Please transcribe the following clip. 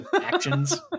Actions